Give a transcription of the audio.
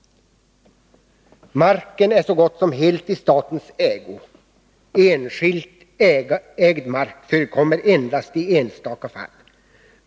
Marken är så gott som helt i statens ägo. Enskilt ägd mark förekommer endast i enstaka fall.